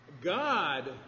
God